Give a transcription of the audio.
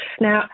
Now